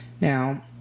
Now